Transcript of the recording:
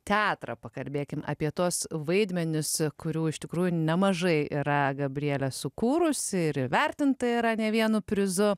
teatrą pakalbėkim apie tuos vaidmenis kurių iš tikrųjų nemažai yra gabrielė sukūrusi ir įvertinta yra ne vienu prizu